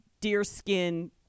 deerskin